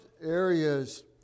areas